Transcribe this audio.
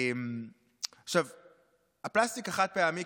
הפלסטיק החד-פעמי,